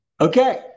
Okay